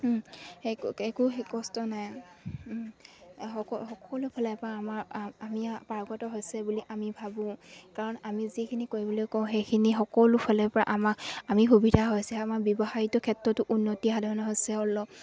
সেই একো সেই কষ্ট নাই সকলোফালে পৰা আমাৰ আমি পাৰ্গত হৈছে বুলি আমি ভাবোঁ কাৰণ আমি যিখিনি কৰিবলৈ কওঁ সেইখিনি সকলোফালৰ পৰা আমাক আমি সুবিধা হৈছে আমাৰ ব্যৱসায়টো ক্ষেত্ৰতো উন্নতি সাধন হৈছে